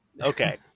Okay